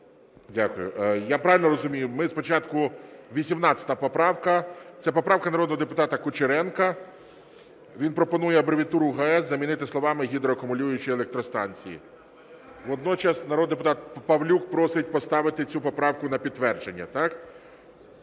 Дякую. Я правильно розумію, ми спочатку 18 поправку? Це поправка народного депутата Кучеренка. Він пропонує абревіатуру "ГАЕС" замінити словами "гідроакумулюючої електростанції". Водночас народний депутат Павлюк просить поставити цю поправку на підтвердження.